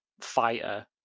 fighter